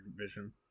vision